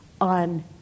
on